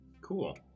Cool